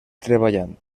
treballant